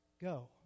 go